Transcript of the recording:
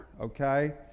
okay